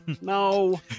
No